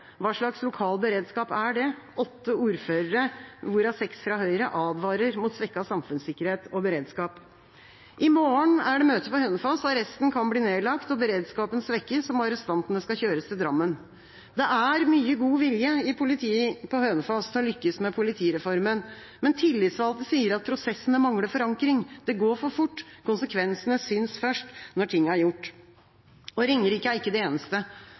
Hva slags lokal beredskap er det? Åtte ordførere – hvorav seks er fra Høyre – advarer mot svekket samfunnssikkerhet og beredskap. I morgen er det møte på Hønefoss. Arresten kan bli nedlagt og beredskapen svekket om arrestantene skal kjøres til Drammen. Det er mye god vilje i politiet på Hønefoss til å lykkes med politireformen, men tillitsvalgte sier at prosessene mangler forankring. Det går for fort. Konsekvensene synes først når ting er gjort. Ringerike er ikke den eneste.